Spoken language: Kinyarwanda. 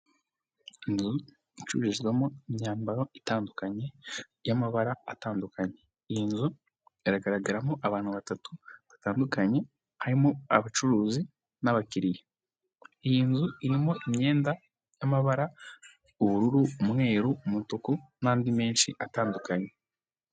Inzu icururizwamo imyambaro itandukanye y'amabara atandukanye, iyi nzu iragaragaramo abantu batatu batandukanye harimo abacuruzi n'abakiriya, iyi nzu irimo imyenda y'amabara ubururu umweru, umutuku n'andi menshi atandukanye.